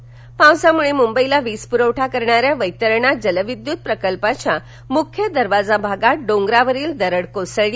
दरड नाशिक पावसामुळे मुंबईला वीजपुरवठा करणाऱ्या वैतरणा जलविद्युत प्रकल्पाच्या मुख्य दरवाजा भागात डोंगरावरील दरड कोसळली